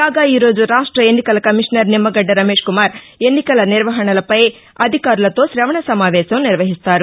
కాగాఈరోజు రాష్ట్ల ఎన్నికల కమిషనర్ నిమ్మగద్ద రమేష్ కుమార్ ఎన్నికల నిర్వహణలపై అధికారులతో శవణ సమావేశం నిర్వహిస్తారు